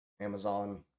amazon